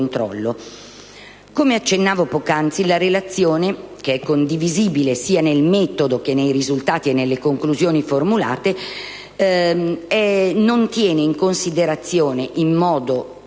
Come accennavo poc'anzi, la relazione, che è condivisibile sia nel metodo che nei risultati e nelle conclusioni formulate, non tiene in considerazione in modo